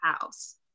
house